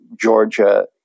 Georgia